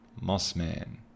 Mossman